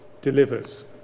delivers